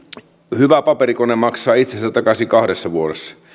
hyvä paperikone maksaa itsensä takaisin kahdessa vuodessa